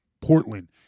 Portland